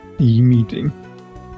E-meeting